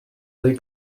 they